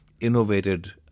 innovated